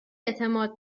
اعتماد